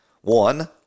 One